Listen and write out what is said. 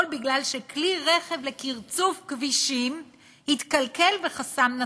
והכול בגלל שכלי רכב לקרצוף כבישים התקלקל וחסם נתיב.